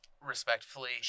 respectfully